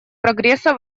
прогресса